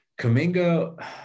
Kamingo